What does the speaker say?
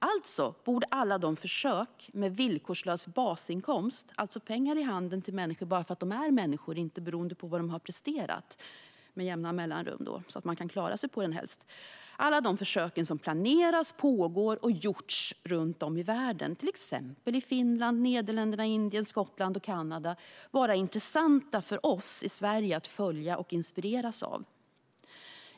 Alltså borde alla de försök med villkorslös basinkomst - alltså pengar i handen till människor bara för att de är människor och inte beroende på vad de har presterat, med jämna mellanrum så att de klarar sig - som planeras, pågår och gjorts runt om i världen, till exempel i Finland, Nederländerna, Indien, Skottland och Kanada, vara intressanta för oss i Sverige att följa och inspireras av.